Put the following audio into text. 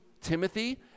Timothy